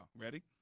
Ready